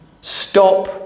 Stop